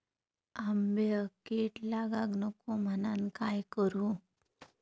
आंब्यक कीड लागाक नको म्हनान काय करू?